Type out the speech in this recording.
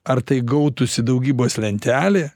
ar tai gautųsi daugybos lentelė